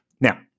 Now